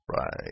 Right